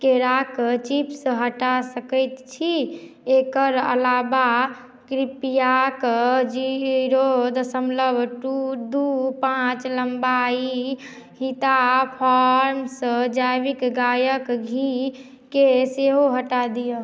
केराक चिप्स हटा सकैत छी एकर अलाबा कृपयाकऽ जीरो दशमलव दू पाँच लम्बाइ हिता फार्म्स जैविक गायक घीके सेहो हटा दिअ